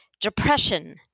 Depression